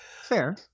Fair